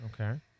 Okay